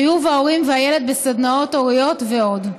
חיוב ההורים והילד בסדנאות הוריות ועוד.